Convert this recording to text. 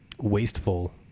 wasteful